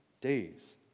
days